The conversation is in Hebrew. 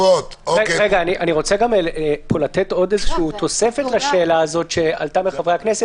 אני רוצה לתת תוספת לשאלה הזאת שעלתה מחברי הכנסת.